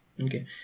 Okay